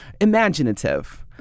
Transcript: imaginative